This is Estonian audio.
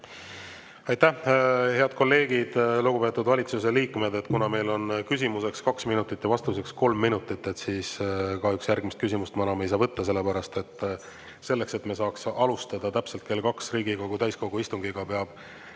Aitäh! Head kolleegid! Lugupeetud valitsuse liikmed! Kuna meil on küsimuseks kaks minutit ja vastuseks kolm minutit, siis kahjuks järgmist küsimust ma enam võtta ei saa, sellepärast et selleks, et me saaks alustada täpselt kell kaks Riigikogu täiskogu istungit, peab